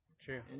True